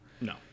no